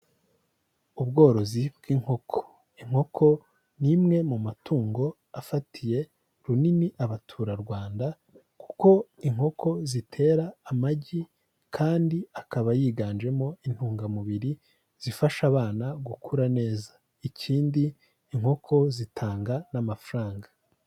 Ubworozi bw'inkoko, inkoko ni imwe mu matungo afatiye runini Abaturarwanda kuko inkoko zitera amagi kandi akaba yiganjemo intungamubiri zifasha abana gukura neza, ikindi inkoko zitanga n'amafaranga.